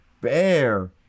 Bear